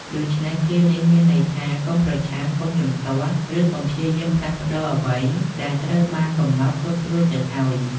ដូច្នេះ ឃ្លានេះមានន័យថា កុំប្រឆាំង កុំជំទាស់ ឬកុំព្យាយាមផ្លាស់ប្តូរអ្វីដែលត្រូវបានកំណត់ទុករួចទៅហើយ។